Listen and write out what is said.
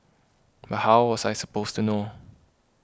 but how was I supposed to know